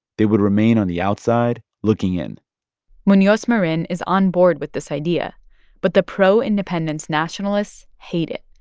they would remain on the outside looking in munoz marin is onboard with this, idea but the pro-independence nationalists hate it.